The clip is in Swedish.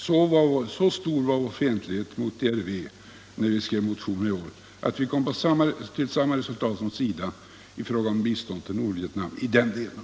Så stor var alltså vår fientlighet mot DRV, när vi skrev motionen i år, att vi kom till samma resultat som SIDA när det gäller biståndet till Nordvietnam i den delen!